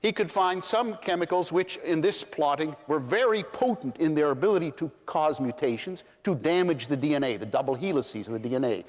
he could find some chemicals which, in this plotting, were very potent in their ability to cause mutations, to damage the dna, the double helices of and the dna.